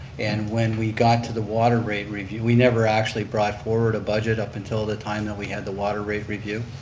and when we got to the water rate review, we never actually brought forward a budget up until the time that we had the water rate review.